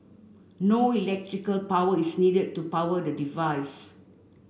no electrical power is needed to power the device